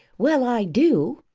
well, i do.